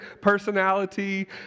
personality